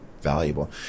valuable